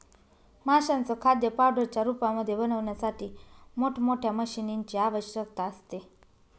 माशांचं खाद्य पावडरच्या रूपामध्ये बनवण्यासाठी मोठ मोठ्या मशीनीं ची आवश्यकता असते